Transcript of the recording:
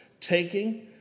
Taking